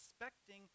expecting